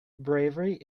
bravery